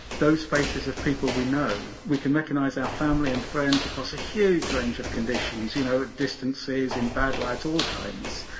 those faces of people we know. we can recognize our family and friends across a huge range of conditions, you know, distances, in bad light, all kinds.